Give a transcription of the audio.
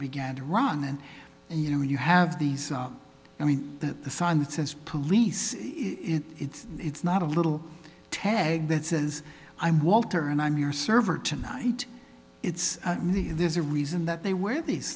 began to run and you know you have these i mean the sign that says police it's not a little tag that says i'm walter and i'm your server tonight it's me there's a reason that they wear these